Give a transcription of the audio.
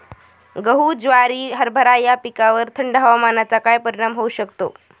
गहू, ज्वारी, हरभरा या पिकांवर थंड हवामानाचा काय परिणाम होऊ शकतो?